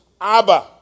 Abba